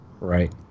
Right